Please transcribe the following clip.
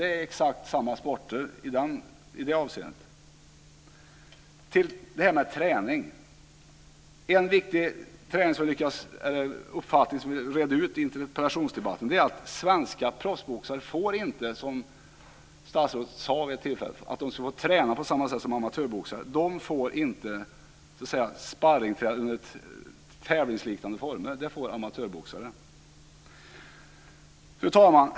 Det är exakt samma sporter i det avseendet. Vi redde ut en sak i interpellationsdebatten. Statsrådet sade vid ett tillfälle att svenska proffsboxare får träna på samma sätt som amatörboxare. De får inte sparringträna under tävlingsliknande former. Det får amatörboxare. Fru talman!